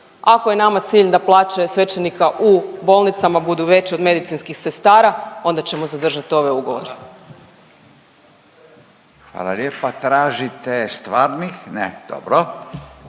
Ako je nama cilj da plaće svećenika u bolnicama budu veće od medicinskih sestara onda ćemo zadržat ove ugovore. **Radin, Furio (Nezavisni)** Hvala lijepa. Tražite stvarnih? Ne, dobro.